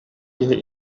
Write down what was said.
киһи